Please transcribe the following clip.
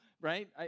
right